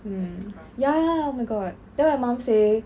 mm ya ya ya oh my god then my mum say